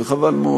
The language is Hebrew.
וחבל מאוד.